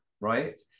right